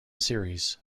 series